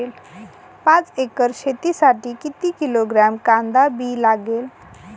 पाच एकर शेतासाठी किती किलोग्रॅम कांदा बी लागेल?